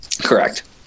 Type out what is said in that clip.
Correct